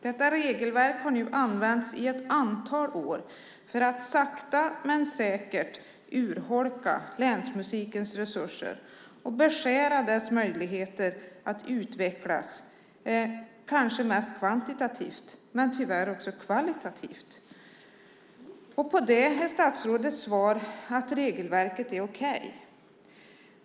Detta regelverk har nu använts i ett antal år för att sakta men säkert urholka Länsmusikens resurser och beskära dess möjligheter att utvecklas - kanske mest kvantitativt men tyvärr också kvalitativt. Statsrådets svar är att regelverket är okej.